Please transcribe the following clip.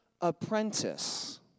apprentice